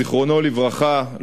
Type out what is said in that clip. זיכרונו לברכה,